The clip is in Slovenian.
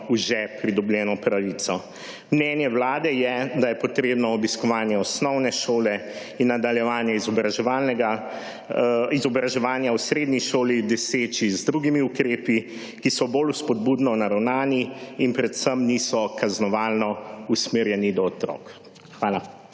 v žep pridobljeno pravico. Mnenje Vlade je, da je potrebno obiskovanje osnovne šole in nadaljevanje izobraževanja v srednji šoli, doseči(?) z drugimi ukrepi, ki so bolj spodbudno naravnani in predvsem niso kaznovalno usmerjeni do otrok. Hvala.